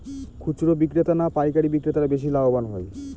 খুচরো বিক্রেতা না পাইকারী বিক্রেতারা বেশি লাভবান হয়?